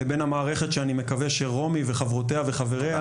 לבין המערכת שאני מקווה שרומי וחברותיה וחבריה